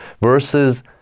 versus